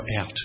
out